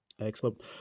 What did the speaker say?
Excellent